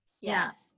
yes